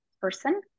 person